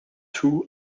two